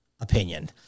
opinion